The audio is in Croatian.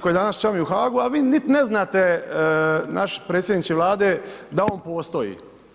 koji danas čami u Haagu, a vi ne znate naš predsjedniče Vlade, da on postoji.